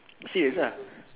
serious uh